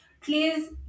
please